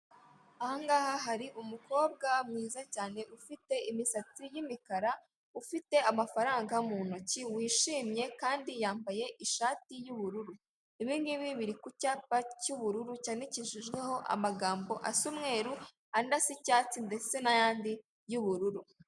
Ahangaha hari umukobwa mwiza cyane ufite imisatsi y'imikara ufite amafaranga mu ntoki wishimye kandi yambaye ishati y'ubururu, ibingibi biri kucyapa cy'ubururu cyandikishijweho amagambo asa umweru andi asa icyatsi ndetse n'ayandi y'ubururu.